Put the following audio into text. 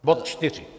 Bod čtyři.